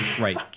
Right